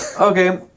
Okay